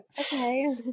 okay